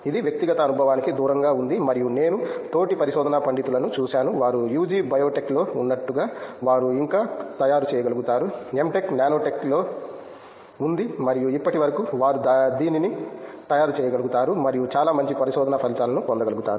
ఇది వ్యక్తిగత అనుభవానికి దూరంగా ఉంది మరియు నేను తోటి పరిశోధనా పండితులను చూశాను వారు యుజి బయోటెక్లో ఉన్నట్లుగా వారు ఇంకా తయారు చేయగలుగుతారు M టెక్ నానోటెక్లో ఉంది మరియు ఇప్పటికీ వారు దీనిని తయారు చేయగలుగుతారు మరియు చాలా మంచి పరిశోధన ఫలితాలను పొందగలరు